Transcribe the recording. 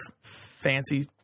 fancy